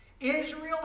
Israel